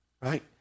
right